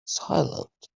silent